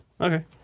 okay